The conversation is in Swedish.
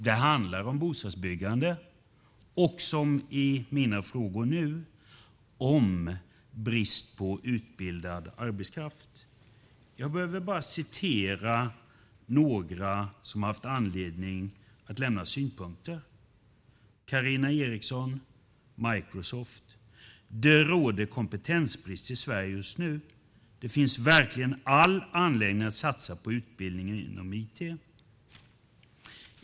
Det handlar om bostadsbyggande och, som i mina frågor nu, om brist på utbildad arbetskraft. Jag behöver bara återge det några som har haft anledning att lämna synpunkter har sagt. Carina Eriksson, Microsoft: Det råder kompetensbrist i Sverige just nu. Det finns verkligen all anledning att satsa på utbildning i IT.